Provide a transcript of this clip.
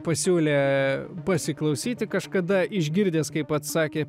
pasiūlė pasiklausyti kažkada išgirdęs kaip pats sakė